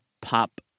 pop